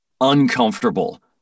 uncomfortable